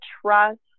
trust